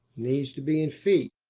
needs to be in feet.